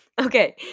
Okay